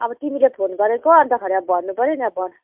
अब तिमीले फोन गरेको अन्तखेरि अब भन्नु पऱ्यो नि अब भन